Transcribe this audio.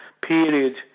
period